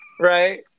right